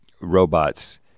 robots